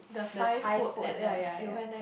the Thai food ya ya ya